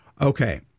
Okay